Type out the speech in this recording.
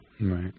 Right